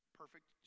perfect